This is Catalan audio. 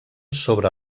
sobre